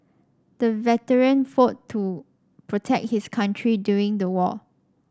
the veteran fought to protect his country during the war